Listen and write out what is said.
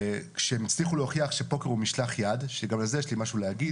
כשהם הצליחו להוכיח שפוקר הוא משלח יד שגם לגבי זה יש לי משהו להגיד